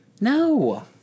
No